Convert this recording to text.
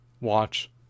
watch